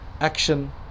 action